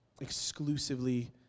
Exclusively